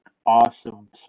awesome